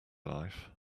life